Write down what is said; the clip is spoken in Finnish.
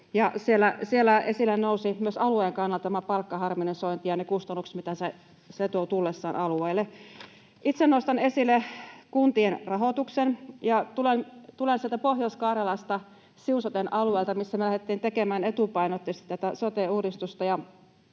siellä esille nousivat alueen kannalta myös tämä palkkaharmonisointi ja ne kustannukset, mitä se tuo tullessaan alueelle. Itse nostan esille kuntien rahoituksen. Tulen Pohjois-Karjalasta Siun soten alueelta, missä me lähdettiin tekemään etupainotteisesti tätä sote-uudistusta,